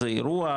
זה אירוע,